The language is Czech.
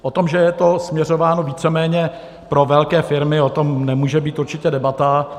O tom, že je to směřováno víceméně pro velké firmy, nemůže být určitě debata.